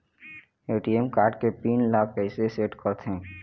ATM card के pin ला कैसे सेट करथे?